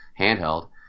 handheld